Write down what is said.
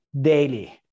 daily